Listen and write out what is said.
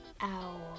owl